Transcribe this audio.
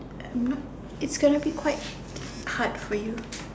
I'm not it's gonna be quite hard for you